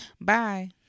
Bye